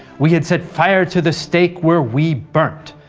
we had set fire to the stake where we burnt.